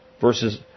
versus